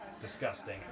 Disgusting